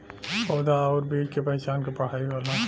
पउधा आउर बीज के पहचान क पढ़ाई होला